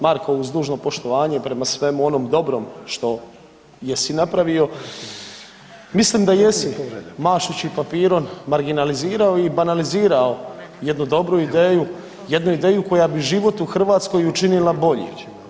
Marko, uz dužno poštovanje prema svemu onom dobrom što jesi napravio, mislim da jesi, mašući papirom, marginalizirao i banalizirao jednu dobru ideju, jednu ideju koja bi život u Hrvatskoj učinila boljim.